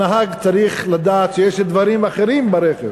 הנהג צריך לדעת שיש דברים אחרים ברכב,